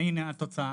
והנה התוצאה.